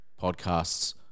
Podcasts